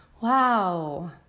Wow